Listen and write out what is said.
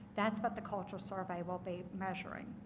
that's what the culture survey will be measuring.